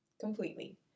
Completely